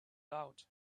loud